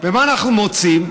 ומה אנחנו מוצאים?